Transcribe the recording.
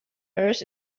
earth